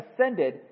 ascended